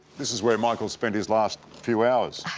this is where michael spent his last few hours,